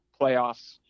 playoffs